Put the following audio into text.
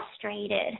frustrated